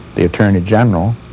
the attorney general,